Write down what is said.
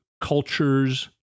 cultures